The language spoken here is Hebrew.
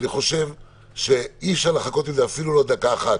אני חושב שאי אפשר לחכות פה אפילו לא דקה אחת.